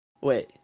Wait